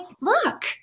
look